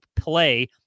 play